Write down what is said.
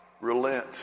relent